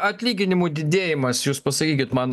atlyginimų didėjimas jūs pasakykit man